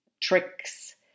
tricks